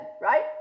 right